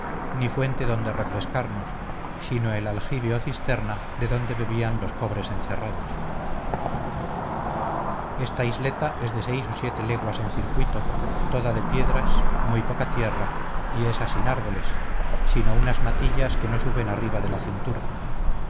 ni fuente donde refrescarnos sino el aljibe o cisterna de donde bebían los pobres encerrados esta isleta es de seis o siete leguas en circuito toda de piedras muy poca tierra y esa sin árboles sino unas matillas que no suben arriba de la cintura